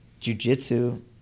jujitsu